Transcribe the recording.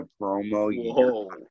promo